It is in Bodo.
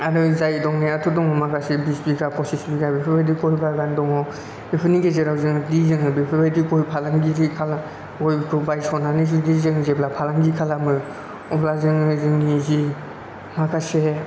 आरो जाय दंनायाथ' दं माखासे बिस बिगा फसिस बिगा बेफोरबायदि गइ बागान दङ बेफोरनि गेजेराव जोंदि जोङो बेफोरबायदि गइ फालांगिरि खालाम गइखौ बायस'नानै जुदि जों जेब्ला फालांगि खालामो अब्ला जोङो जोंनि जि माखासे